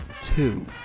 two